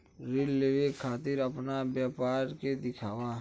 ऋण लेवे के खातिर अपना व्यापार के दिखावा?